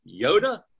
Yoda